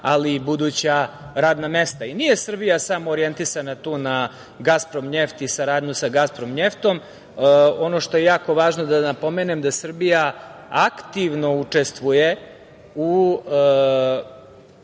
ali i buduća radna mesta. Nije Srbija samo orijentisana tu na „Gasprom njeft“ i saradnju sa „Gasprom njeftom“. Ono što je jako važno da napomenem, da Srbija aktivno učestvuje u